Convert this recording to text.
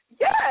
Yes